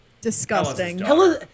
Disgusting